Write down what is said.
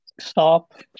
stop